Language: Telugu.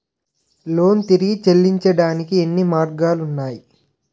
లోన్ తిరిగి చెల్లించటానికి ఎన్ని మార్గాలు ఉన్నాయి?